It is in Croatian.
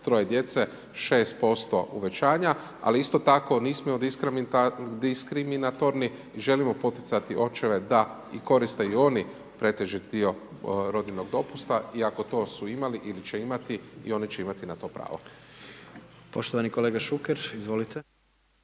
3 djece 6% uvećanja, ali isto tako nismo diskriminatorni i želimo poticati očeve da i koriste i oni pretežit dio rodiljnog dopusta iako to su imali ili će imati i oni će imati na to pravo. **Jandroković,